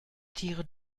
tiere